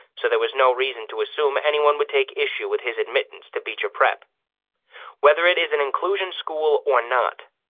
so there was no reason to assume anyone would take issue with his admittance to beecher prep whether it is an inclusion school or not.